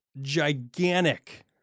gigantic